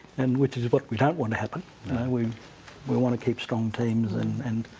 and which is what we don't want to happen we we want to keep so um teams and and